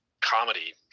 comedy